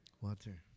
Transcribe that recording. Water